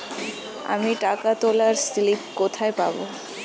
আমি টাকা তোলার স্লিপ কোথায় পাবো?